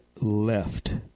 left